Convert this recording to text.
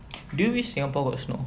do you wish singapore got snow